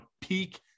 peak